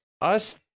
Us-